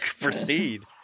Proceed